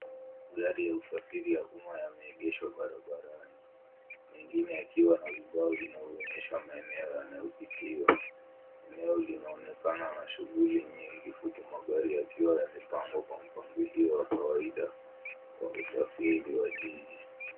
Gari ya usafiri ya umma yameegeshwa barabarani, mengine yakiwa na vibao vinaoonyesha eneo yanayopitiwa. Eneo linaonekana na shughuli nyingi, huku magari yakiwa yamepangwa kwa mpangilio wa kawaida wa usafiri wa jiji.